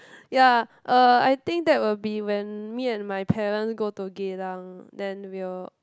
ya uh I think that will be when me and my parents go to Geylang then we'll